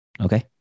Okay